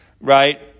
right